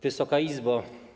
Wysoka Izbo!